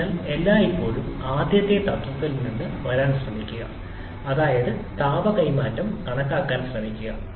അതിനാൽ എല്ലായ്പ്പോഴും ആദ്യത്തെ തത്ത്വത്തിൽ നിന്ന് വരാൻ ശ്രമിക്കുക അതായത് താപ കൈമാറ്റം കണക്കാക്കാൻ ശ്രമിക്കുക